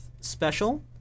special